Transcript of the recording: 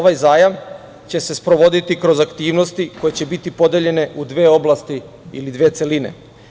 Ovaj zajam će se sprovoditi kroz aktivnosti i koje će biti podeljene u dve oblasti ili dve celine.